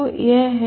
तो यह है